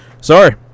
sorry